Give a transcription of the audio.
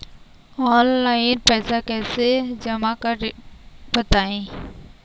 Online पैसा कैसे जमा करें बताएँ?